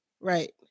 Right